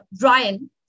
Ryan